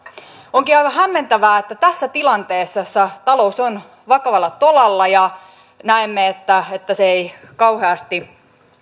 onkin aivan hämmentävää että tässä tilanteessa jossa talous on vakavalla tolalla ja näemme että että se ei kauheasti